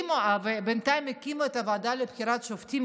ובינתיים הקימו את הוועדה לבחירת שופטים,